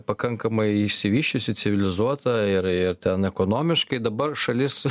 pakankamai išsivysčiusi civilizuota ir ir ten ekonomiškai dabar šalis